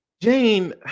Jane